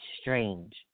strange